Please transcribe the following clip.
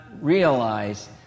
realize